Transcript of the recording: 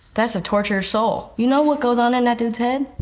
that's a tortured soul. you know what goes on in that dude's head?